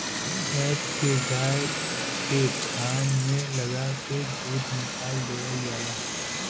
cap के गाय के थान में लगा के दूध निकाल लेवल जाला